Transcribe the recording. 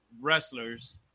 wrestlers